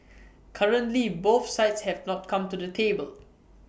currently both sides have not come to the table